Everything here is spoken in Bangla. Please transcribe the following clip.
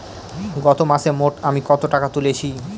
গত মাসে মোট আমি কত টাকা তুলেছি?